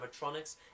animatronics